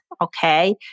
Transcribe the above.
okay